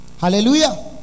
Hallelujah